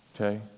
Okay